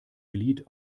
glied